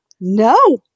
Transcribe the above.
No